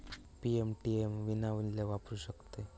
मी ATM विनामूल्य वापरू शकतय?